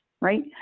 right